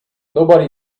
nobody